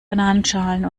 bananenschalen